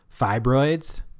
fibroids